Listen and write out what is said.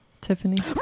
Tiffany